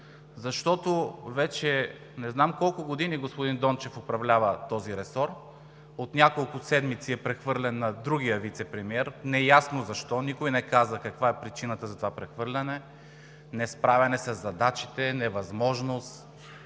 защото не знам колко години господин Дончев управлява този ресор, но от няколко седмици, неясно защо, е прехвърлен на другия вицепремиер. Никой не каза каква е причината за това прехвърляне – несправяне със задачите, невъзможност,